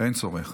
אין צורך.